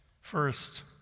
First